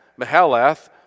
Mahalath